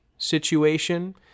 Situation